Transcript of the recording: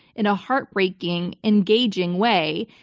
in a heartbreaking engaging way.